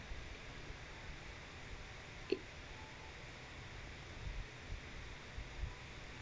it